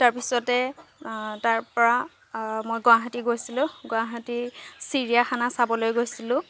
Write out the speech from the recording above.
তাৰপিছতে তাৰপৰা মই গুৱাহাটী গৈছিলো গুৱাহাটী চিৰিয়াখানা চাবলৈ গৈছিলো